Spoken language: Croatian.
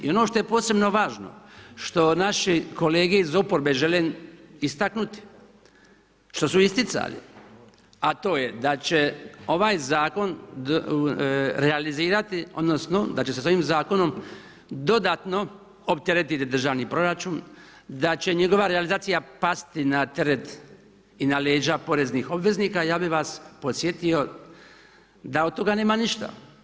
I ono što je posebno važno što naše kolege iz oporbe žele istaknuti, što su isticali, a to je da će ovaj zakon realizirati, odnosno da će se sa ovim zakonom dodatno opteretiti državni proračun, da će njegova realizacija pasti na teret i na leđa poreznih obveznika ja bih vas podsjetio da od toga nema ništa.